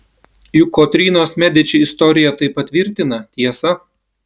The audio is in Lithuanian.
juk kotrynos mediči istorija tai patvirtina tiesa